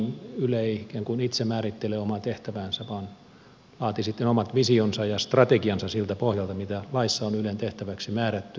yle ei ikään kuin itse määrittele omaa tehtäväänsä vaan laatii omat visionsa ja strategiansa siltä pohjalta mitä laissa on ylen tehtäväksi määrätty